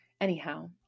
Anyhow